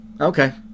Okay